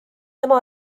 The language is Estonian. tema